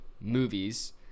movies